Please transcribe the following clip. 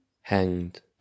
hanged